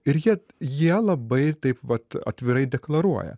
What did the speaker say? ir jie jie labai taip vat atvirai deklaruoja